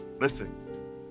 Listen